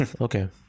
okay